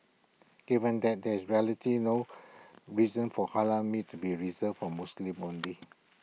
given that there is rarity no reason for Halal meat to be reserved for Muslims only